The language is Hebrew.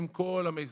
עם כל המיזמים,